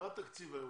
התקציב היום?